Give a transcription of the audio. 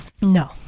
No